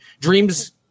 dreams